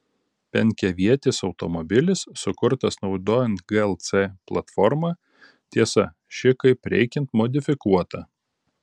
penkiavietis automobilis sukurtas naudojant glc platformą tiesa ši kaip reikiant modifikuota